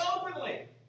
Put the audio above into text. openly